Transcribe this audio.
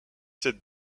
cette